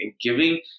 giving